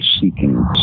seeking